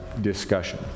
discussion